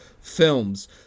Films